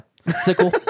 sickle